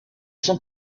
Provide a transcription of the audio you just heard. sont